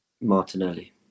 Martinelli